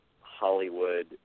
Hollywood